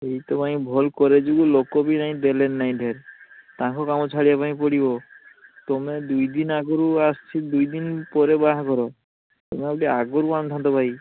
ଏଇତ ଲୋକ ବି ଭାଇ ଦେଲେନି ନାହିଁ ଢେର ତାଙ୍କ କାମ ଛାଡ଼ିବା ପାଇଁ ପଡ଼ିବ ତୁମେ ଦୁଇ ଦିନ ଆଗରୁ ଆସି ଦୁଇ ଦିନ ପରେ ବାହାଘର ତୁମେ ଆଉ ଟିକେ ଆଗରୁ ଆଣିଥାନ୍ତ ଭାଇ